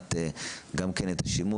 לדעת גם כן את השימוש,